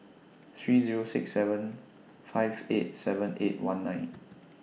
three Zero six seven five eight seven eight one nine